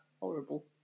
horrible